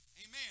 Amen